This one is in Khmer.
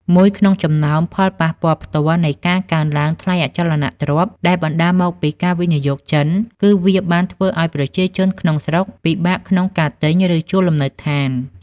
មួយក្នុងចំណោមផលប៉ះពាល់ផ្ទាល់នៃការកើនឡើងថ្លៃអចលនទ្រព្យដែលបណ្តាលមកពីការវិនិយោគចិន គឺវាបានធ្វើឲ្យប្រជាជនក្នុងស្រុកពិបាកក្នុងការទិញ ឬជួលលំនៅឋាន។